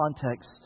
context